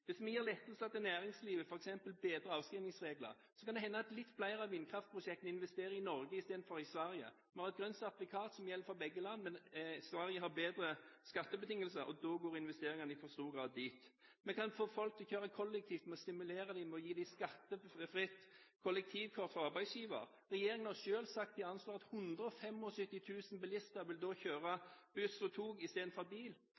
Hvis vi gir lettelser til næringslivet, f.eks. bedre avskrivningsregler, kan det hende at litt flere av vindkraftprosjektene investerer i Norge i stedet for i Sverige. Vi har et grønt sertifikat som gjelder for begge land, men Sverige har bedre skattebetingelser, og da går investeringene i for stor grad dit. Vi kan få folk til å kjøre kollektivt, stimulere dem ved å gi dem skattefritt kollektivkort fra arbeidsgiver. Regjeringen har selv sagt at de anslår at 175 000 bilister da vil kjøre buss og tog istedenfor bil, og inntektene til kollektivselskapene vil